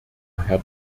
herr